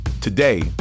Today